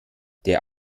der